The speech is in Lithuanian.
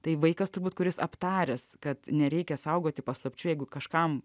tai vaikas turbūt kuris aptaręs kad nereikia saugoti paslapčių jeigu kažkam